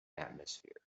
atmosphere